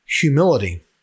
humility